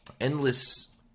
endless